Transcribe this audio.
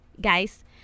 guys